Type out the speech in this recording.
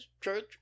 church